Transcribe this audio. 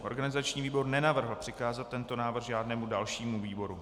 Organizační výbor nenavrhl přikázat tento návrh žádnému dalšímu výboru.